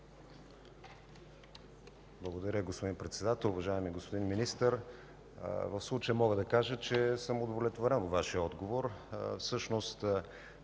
Благодаря, господин Председател. Уважаеми господин Министър, в случая мога да кажа, че съм удовлетворен от Вашия отговор. Става